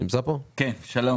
שלום.